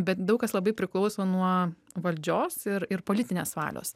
bet daug kas labai priklauso nuo valdžios ir ir politinės valios